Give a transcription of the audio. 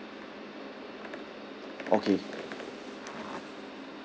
okay